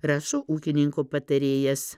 rašo ūkininko patarėjas